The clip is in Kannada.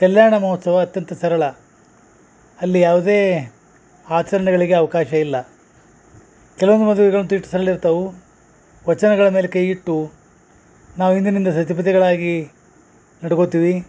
ಕಲ್ಯಾಣ ಮಹೋತ್ಸವ ಅತ್ಯಂತ ಸರಳ ಅಲ್ಲಿ ಯಾವುದೇ ಆಚರಣೆಗಳಿಗೆ ಅವಕಾಶ ಇಲ್ಲ ಕೆಲವೊಂದು ಮದ್ವೆಗಳ್ನ ವಚನಗಳ ಮೇಲೆ ಕೈ ಇಟ್ಟು ನಾವು ಇಂದಿನಿಂದ ಸತಿಪತಿಗಳಾಗಿ ನಡ್ಕೋತೀವಿ